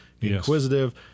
inquisitive